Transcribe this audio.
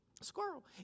squirrel